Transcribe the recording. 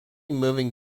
moving